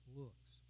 looks